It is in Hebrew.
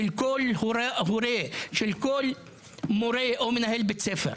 של כל מורה ושל כל מנהל בית ספר.